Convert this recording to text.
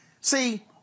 See